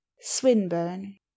Swinburne